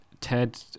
Ted